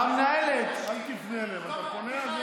תפנה אליהם, אתה שומע?